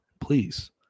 Please